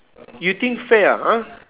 you think fair ah !huh!